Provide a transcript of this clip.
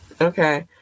Okay